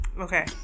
okay